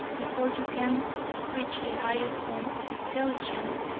before you can reach the highest form of intelligence,